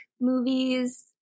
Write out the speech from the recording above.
movies